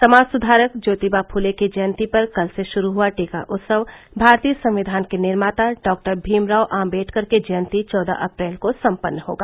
समाज सुधारक ज्योतिबा फुले की जयंती पर कल से शुरू हुआ टीका उत्सव भारतीय संविधान के निर्माता डॉ भीमराव आम्बेडकर की जयंती चौदह अप्रैल को सम्पन्न होगा